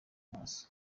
imoso